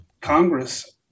Congress